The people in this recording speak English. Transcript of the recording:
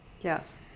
Yes